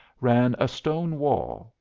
ran a stone wall,